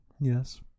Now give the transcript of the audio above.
Yes